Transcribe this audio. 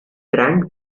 drank